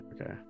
Okay